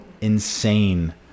insane